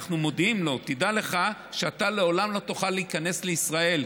אנחנו מודיעים לו: תדע לך שאתה לעולם לא תוכל להיכנס לישראל,